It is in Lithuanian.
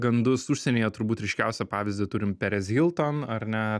gandus užsienyje turbūt ryškiausią pavyzdį turim perez hilton ar ne